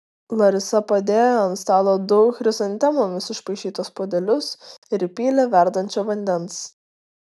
larisa padėjo ant stalo du chrizantemomis išpaišytus puodelius ir įpylė verdančio vandens